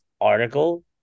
article